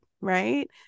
right